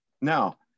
Now